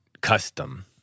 custom